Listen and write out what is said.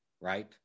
right